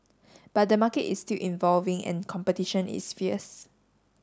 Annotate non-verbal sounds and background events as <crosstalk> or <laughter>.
but the market is still <unintelligible> and competition is fierce